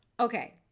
okay,